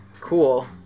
cool